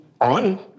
on